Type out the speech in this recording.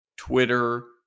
Twitter